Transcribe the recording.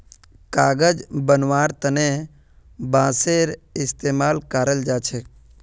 कागज बनव्वार तने बांसेर इस्तमाल कराल जा छेक